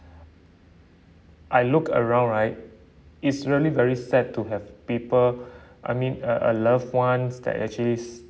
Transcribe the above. I look around right it's really very sad to have people I mean a a loved ones that actually is